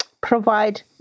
provide